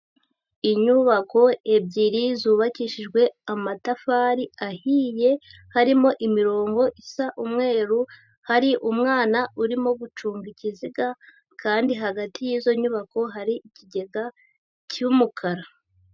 Inyubako ebyiri zubakishijwe amatafari ahiye harimo imirongo isa umweru, hari umwana urimo gucunga ikiziga, kandi hagati y'izo nyubako hari ikigega cy'umukara.